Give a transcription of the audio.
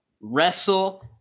Wrestle